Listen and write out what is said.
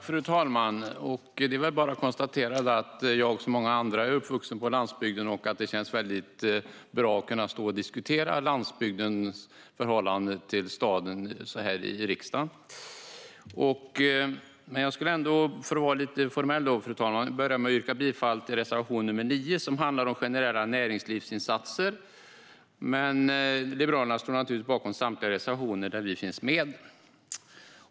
Fru talman! Jag som många andra är uppvuxen på landsbygden, så det känns bra att kunna diskutera landsbygdens förhållande till staden här i riksdagen. För att ändå vara lite formell, fru talman, börjar jag med att yrka bifall till reservation nr 9, som handlar om generella näringslivsinsatser. Men vi liberaler står naturligtvis bakom samtliga reservationer där vi finns med.